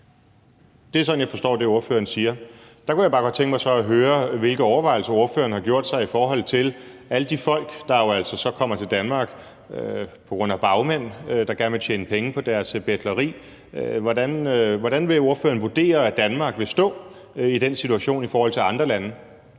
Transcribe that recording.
Det er sådan, jeg forstår det, ordføreren siger. Der kunne jeg bare godt tænke mig så at høre, hvilke overvejelser ordføreren har gjort sig i forhold til alle de folk, der jo altså så kommer til Danmark på grund af bagmænd, der gerne vil tjene penge på deres betleri. Hvordan vil ordføreren vurdere at Danmark vil stå i den situation i forhold til andre lande?